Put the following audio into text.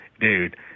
dude